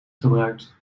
gebruikt